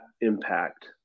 impact